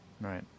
Right